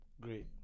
great